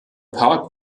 park